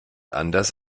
anders